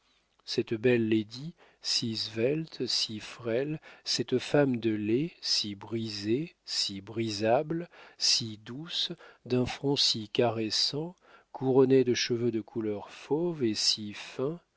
cette belle lady si svelte si frêle cette femme de lait si brisée si brisable si douce d'un front si caressant couronnée de cheveux de couleur fauve et si fins